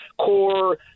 core